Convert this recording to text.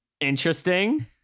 Interesting